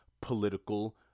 political